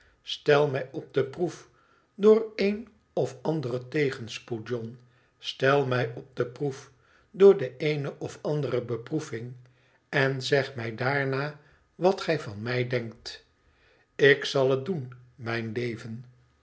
stel mij op de proef door een of anderen tegenspoed john stel mij op de proef door de eene of andere beproeving en zeg mij daarna wat gij van mij denkt ik zal het doen mijn leven